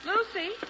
Lucy